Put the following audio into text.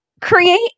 create